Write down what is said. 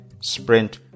Sprint